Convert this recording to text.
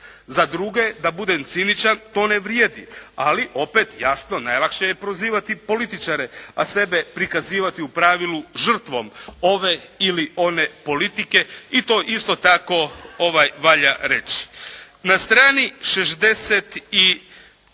Za druge, da budem ciničan, to ne vrijedi, ali opet jasno najlakše je prozivati političare, a sebe prikazivati u pravilu žrtvom ove ili one politike i to isto tako valja reći. Na strani 69.,